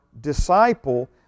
disciple